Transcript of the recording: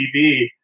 TV